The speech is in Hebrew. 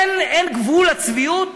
אין גבול לצביעות?